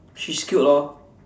she's cute lor